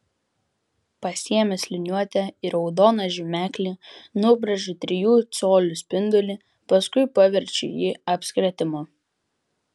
pasiėmęs liniuotę ir raudoną žymeklį nubrėžiu trijų colių spindulį paskui paverčiu jį apskritimu